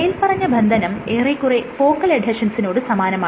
മേല്പറഞ്ഞ ബന്ധനം ഏറെക്കുറെ ഫോക്കൽ എഡ്ഹെഷൻസിനോട് സമാനമാണ്